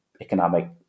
economic